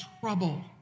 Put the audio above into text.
trouble